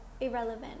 irrelevant